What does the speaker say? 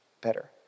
better